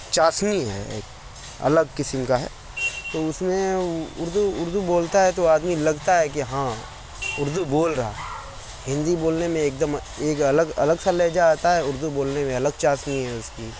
چاسنی ہے ایک الگ قسم کا ہے تو اس میں اردو اردو بولتا ہے تو آدمی لگتا ہے کہ ہاں اردو بول رہا ہے ہندی بولنے میں ایک دم ایک الگ الگ سا لہجہ آتا ہے اردو بولنے میں الگ چاشنی ہے اس کی